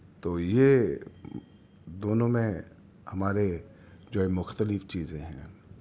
تو یہ دونوں میں ہے ہمارے جو ہے مختلف چیزیں ہیں